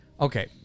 Okay